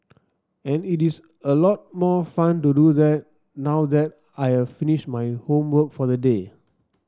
and it is a lot more fun to do that now that I have finished my homework for the day